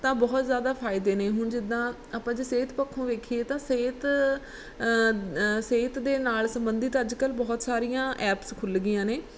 ਤਾਂ ਬਹੁਤ ਜ਼ਿਆਦਾ ਫਾਇਦੇ ਨੇ ਹੁਣ ਜਿੱਦਾਂ ਆਪਾਂ ਜੇ ਸਿਹਤ ਪੱਖੋਂ ਵੇਖੀਏ ਤਾਂ ਸਿਹਤ ਸਿਹਤ ਦੇ ਨਾਲ ਸੰਬੰਧਿਤ ਅੱਜ ਕੱਲ੍ਹ ਬਹੁਤ ਸਾਰੀਆਂ ਐਪਸ ਖੁੱਲ੍ਹ ਗਈਆਂ ਨੇ